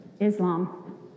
Islam